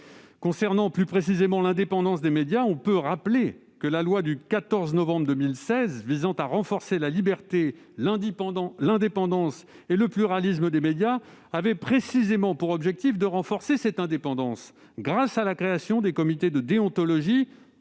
Concernant l'indépendance des médias, la loi du 14 novembre 2016 visant à renforcer la liberté, l'indépendance et le pluralisme des médias avait précisément pour objectif de renforcer cette indépendance, la création des comités de déontologie